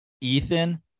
Ethan